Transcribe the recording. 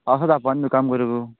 पावसान जावपा ना न्हू काम करूंक